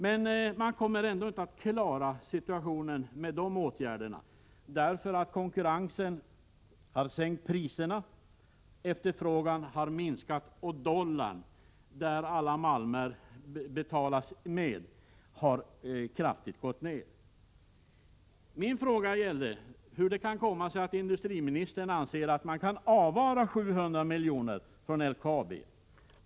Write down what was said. Men man kommer ändå inte att klara situationen med de åtgärderna, därför att konkurrensen har sänkt priserna, efterfrågan har minskat och dollarn, som alla malmer betalas i, har kraftigt gått ned. Min fråga gällde hur det kan komma sig att industriministern anser att man kan avvara 700 miljoner från LKAB.